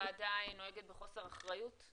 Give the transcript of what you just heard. שהוועדה נוהגת בחוסר אחריות,